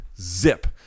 Zip